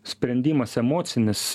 sprendimas emocinis